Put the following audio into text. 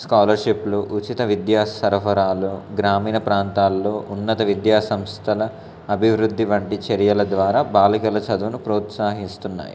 స్కాలర్షిప్లు ఉచిత విద్యా సరఫరాలు గ్రామీణ ప్రాంతాలలో ఉన్నత విద్యా సంస్థల అభివృద్ధి వంటి చర్యల ద్వారా బాలికల చదువును ప్రోత్సహిస్తున్నాయి